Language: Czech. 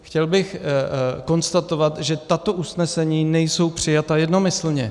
Chtěl bych konstatovat, že tato usnesení nejsou přijata jednomyslně.